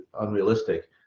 unrealistic